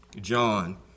John